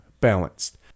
balanced